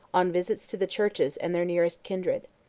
on visits to the churches and their nearest kindred.